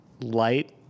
light